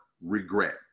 regret